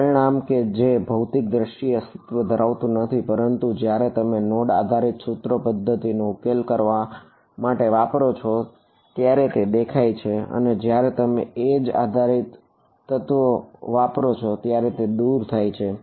પરિણામ કે જે ભૌતિક દ્રષ્ટિએ અસ્તિત્વ ધરાવતું નથી પરંતુ જયારે તમે નોડ આધારિત તત્વો વાપરો છો ત્યારે દૂર થાય છે